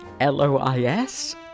LOIS